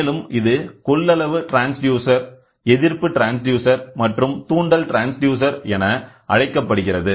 மேலும் இது கொள்ளளவு ட்ரான்ஸ்டியூசர் எதிர்ப்பு ட்ரான்ஸ்டியூசர் மற்றும் தூண்டல் ட்ரான்ஸ்டியூசர் என அழைக்கப்படுகிறது